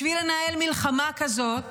בשביל לנהל מלחמה כזאת